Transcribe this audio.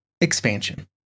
Expansion